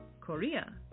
Korea